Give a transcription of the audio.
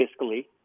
fiscally